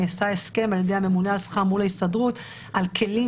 נעשה הסכם על ידי הממונה על השכר מול ההסתדרות על כלים